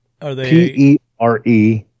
P-E-R-E